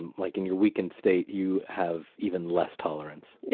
and like, in your weakened state, you have even less tolerance.